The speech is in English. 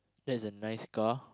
that's a nice car